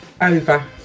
Over